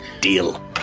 Deal